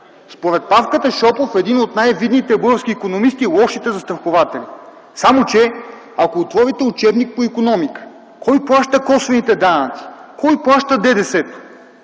Според Павката Шопов – един от най-видните български икономисти, това са „лошите застрахователи”, само че ако отворите учебник по икономика, вижте кой плаща косвените данъци. Кой плаща ДДС-то?